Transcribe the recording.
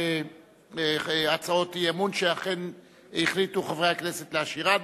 כמה הצעות אי-אמון שחברי הכנסת החליטו להשאירן,